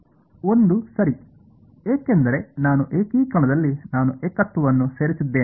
1 ಸರಿ ಏಕೆಂದರೆ ನಾನು ಏಕೀಕರಣದಲ್ಲಿ ನಾನು ಏಕತ್ವವನ್ನು ಸೇರಿಸಿದ್ದೇನೆ